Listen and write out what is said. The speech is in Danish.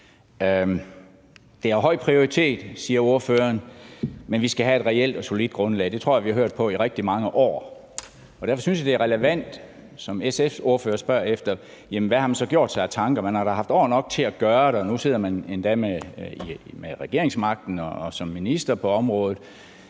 Det har høj prioritet, siger ordføreren, men vi skal have et reelt og solidt grundlag. Det tror jeg vi har hørt på i rigtig mange år Derfor synes jeg, det, som SF's ordfører spørger efter, er relevant: Hvad har man så gjort sig af tanker? Man har da haft år nok til at gøre det, og nu sidder man endda med regeringsmagten og en minister på området.